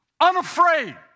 unafraid